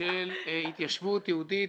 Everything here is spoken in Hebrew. של התיישבות יהודית.